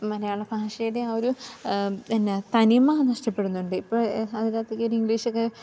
മലയാള ഭാഷയുടെ ആ ഒരു എന്ന തനിമ നഷ്ടപ്പെടുന്നുണ്ട് ഇപ്പോൾ അതിനകത്തേക്കൊരു ഇംഗ്ലീഷൊക്കെ